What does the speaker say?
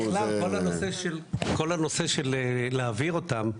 כל הנושא של להעביר אותם,